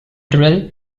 drill